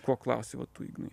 ko klausi va tu ignai